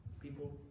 People